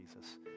Jesus